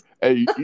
hey